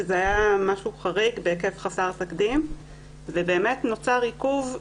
זה היה משהו חריג בהיקף חסר תקדים ובאמת נוצר עיכוב.